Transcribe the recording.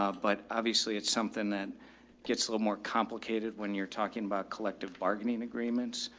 ah but obviously it's something that gets a little more complicated when you're talking about collective bargaining agreements.